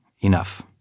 enough